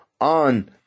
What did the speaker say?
on